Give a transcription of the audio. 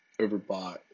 overbought